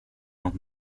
något